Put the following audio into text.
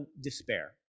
despair